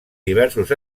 diversos